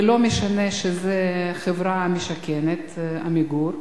ולא משנה שזו חברה משכנת, "עמיגור",